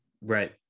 right